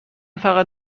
فقط